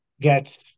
get